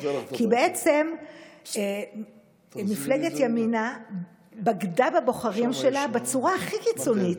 כי בעצם מפלגת ימינה בגדה בבוחרים שלה בצורה הכי קיצונית.